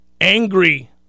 angry